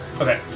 Okay